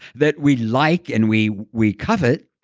that we like and we we covet,